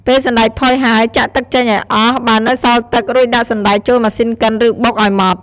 ពេលសណ្ដែកផុយហើយ ចាក់ទឹកចេញឱ្យអស់ បើនៅសល់ទឹក រួចដាក់សណ្ដែកចូលម៉ាស៊ីនកិន ឬបុក ឱ្យម៉ដ្ឋ។